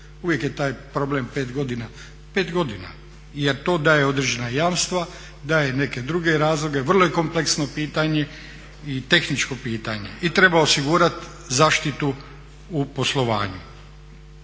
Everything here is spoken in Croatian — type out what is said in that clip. Uvijek je taj problem 5 godina, 5 godina jer to daje određena jamstva, daje i neke druge razloge, vrlo je kompleksno pitanje i tehničko pitanje. I treba osigurati zaštitu u poslovanju.